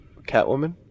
Catwoman